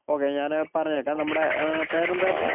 okay ഞാന് പറഞ്ഞേക്കാം നമ്മുടെ പേരെന്താരുന്നു